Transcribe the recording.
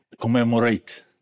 commemorate